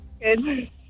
Good